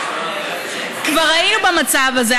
כבר היינו במצב הזה.